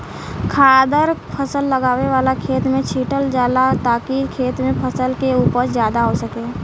खादर फसल लगावे वाला खेत में छीटल जाला ताकि खेत में फसल के उपज ज्यादा हो सके